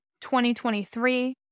2023